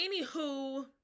anywho